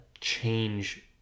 change